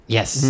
Yes